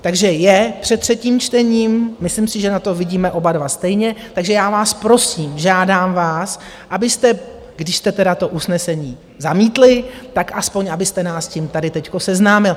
Takže je před třetím čtením, myslím si, že na to vidíme oba dva stejně, takže já vás prosím, žádám vás, když jste tedy to usnesení zamítli, tak aspoň abyste nás s tím tady teď seznámil.